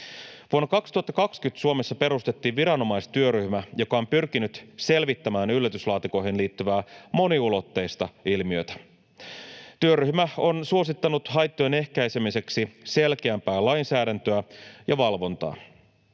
Vuonna 2020 Suomessa perustettiin viranomaistyöryhmä, joka on pyrkinyt selvittämään yllätyslaatikoihin liittyvää moniulotteista ilmiötä. Työryhmä on suosittanut haittojen ehkäisemiseksi selkeämpää lainsäädäntöä ja valvontaa.